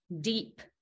deep